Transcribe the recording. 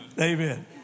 Amen